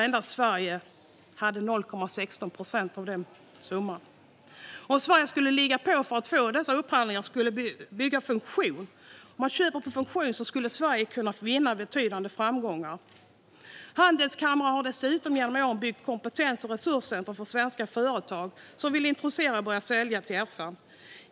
Endast 0,16 procent kom från Sverige. Om Sverige skulle ligga på för att få dessa upphandlingar som bygger funktion skulle Sverige kunna vinna betydande framgångar. Handelskamrar har genom åren dessutom byggt kompetens och resurscentrum för svenska företag som vill introduceras för och börja sälja till FN.